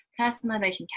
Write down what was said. personalization